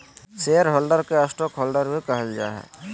share holder के stockholder भी कहल जा हइ